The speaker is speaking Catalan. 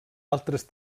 altres